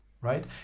right